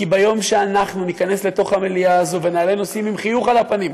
כי ביום שאנחנו ניכנס למליאה ונעלה נושאים עם חיוך על הפנים,